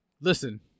listen